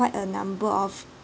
quite a number of